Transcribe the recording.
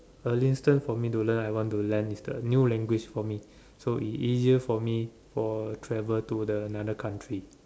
earliest time for me to learn I want to learn this the new language for me so is easier for me for the travel to another country